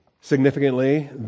Significantly